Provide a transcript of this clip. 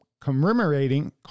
commemorating